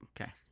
Okay